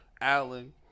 Allen